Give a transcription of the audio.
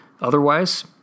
Otherwise